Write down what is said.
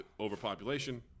overpopulation